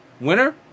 Winner